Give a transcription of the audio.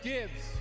Gibbs